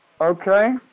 Okay